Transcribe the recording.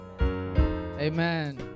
Amen